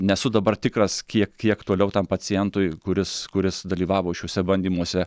nesu dabar tikras kiek kiek toliau tam pacientui kuris kuris dalyvavo šiuose bandymuose